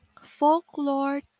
folklore